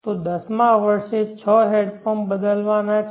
તો 10 માં વર્ષે 6 હેન્ડપંપ બદલવાનાં છે